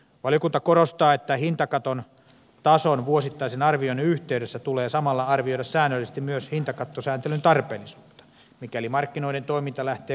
valiokunta korostaa että hintakaton tason vuosittaisen arvioinnin yhteydessä tulee samalla arvioida säännöllisesti myös hintakattosääntelyn tarpeellisuutta mikäli markkinoiden toiminta lähtee kunnolla käyntiin